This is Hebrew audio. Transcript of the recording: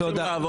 תודה.